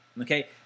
Okay